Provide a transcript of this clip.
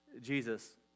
Jesus